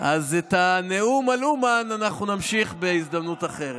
אנחנו נמשיך בהזדמנות אחרת.